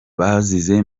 bazize